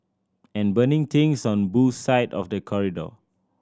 and burning things on both side of the corridor